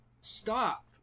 stop